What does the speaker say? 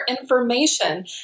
information